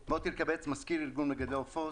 מזכיר ארגון מגדלי העופות,